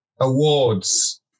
awards